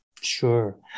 Sure